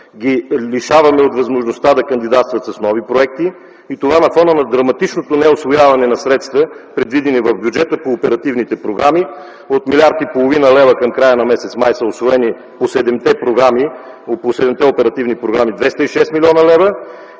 лв. Лишаваме ги от възможността да кандидатстват с нови проекти, и това на фона на драматичното неусвояване на средства, предвидени в бюджета по оперативните програми - от милиард и половина лева към края на м. май по 7-те оперативни програми са усвоени